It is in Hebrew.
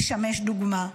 לשמש דוגמה.